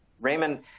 raymond